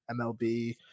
MLB